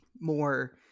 more